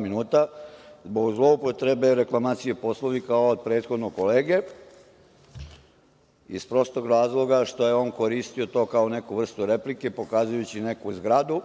minuta, zbog zloupotrebe reklamacije Poslovnika ovog prethodnog kolege, iz prostog razloga što je on koristio to kao neku vrstu replike, pokazujući neku zgradu.